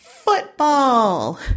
football